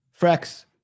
Frax